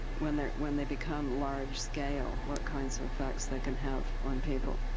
when they when they become large scale, what kinds of effects they can have on people.